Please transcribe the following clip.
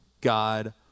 God